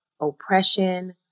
oppression